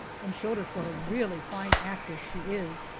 and showed us what a really fine actress she is.